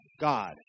God